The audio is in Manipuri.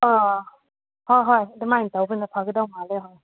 ꯑꯥ ꯍꯣꯏ ꯍꯣꯏ ꯑꯗꯨꯃꯥꯏ ꯇꯧꯕꯅ ꯐꯒꯗꯧ ꯃꯥꯜꯂꯦ ꯍꯣꯏ